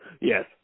Yes